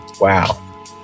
Wow